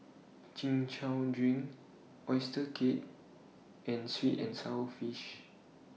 Chin Chow Drink Oyster Cake and Sweet and Sour Fish